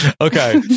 Okay